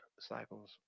cycles